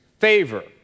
favor